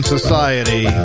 Society